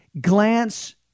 glance